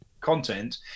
content